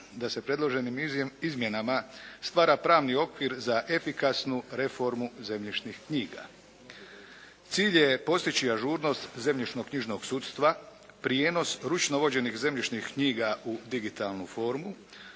da se predloženim izmjenama stvara pravni okvir za efikasnu reformu zemljišnih knjiga. Cilj je postići ažurnost zemljišnoknjižnog sudstva, prijenos ručno vođenih zemljišnih knjiga u digitalnu formu,